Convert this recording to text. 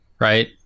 right